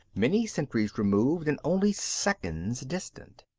many centuries removed and only seconds distant.